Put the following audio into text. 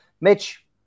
Mitch